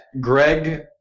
greg